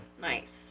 Nice